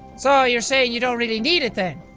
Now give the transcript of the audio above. so you're saying you don't really need it then.